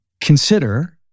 consider